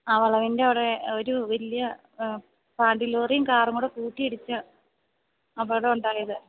ആ വളവിന്റെ അവിടെ ഒരു വലിയ പാണ്ടിലോറിയും കാറുംകൂടെ കൂട്ടിയിടിച്ചാണ് അപകടമുണ്ടായത്